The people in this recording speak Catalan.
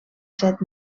set